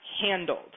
handled